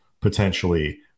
potentially